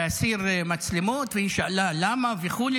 להסיר מצלמות, והיא שאלה למה וכו'.